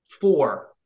Four